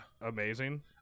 amazing